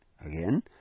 Again